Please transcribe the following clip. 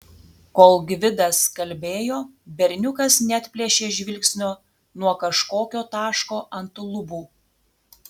kol gvidas kalbėjo berniukas neatplėšė žvilgsnio nuo kažkokio taško ant lubų